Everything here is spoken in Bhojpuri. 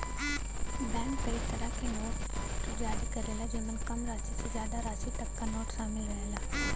बैंक कई तरे क नोट जारी करला जेमन कम राशि से जादा राशि तक क नोट शामिल रहला